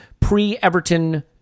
pre-Everton